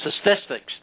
statistics